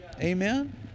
amen